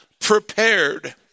prepared